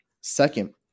second